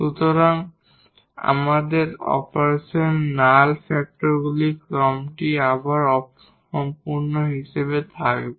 সুতরাং operation null ফ্যাক্টরগুলির ক্রমটি আবার অসম্পূর্ণ হিসাবে থাকবে